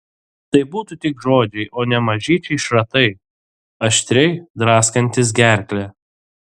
tai būtų tik žodžiai o ne mažyčiai šratai aštriai draskantys gerklę